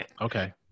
Okay